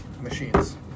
machines